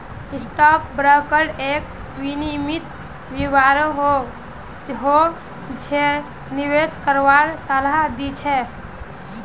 stock broker एक विनियमित व्यापारी हो छै जे निवेश करवार सलाह दी छै